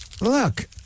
look